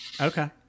Okay